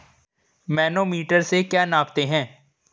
Manometer से क्या नापते हैं?